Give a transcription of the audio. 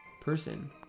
person